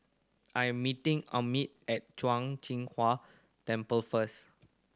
I am meeting Emit at Zhuang Jin Huang Temple first